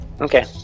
Okay